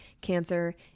cancer